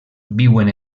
viuen